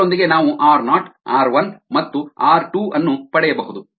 ಇದರೊಂದಿಗೆ ನಾವು R not R 1 ಮತ್ತು ಆರ್ 2 ಅನ್ನು ಪಡೆಯಬಹುದು